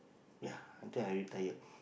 ya until I retired